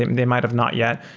they might have not yet.